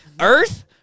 Earth